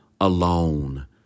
alone